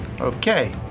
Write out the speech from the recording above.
Okay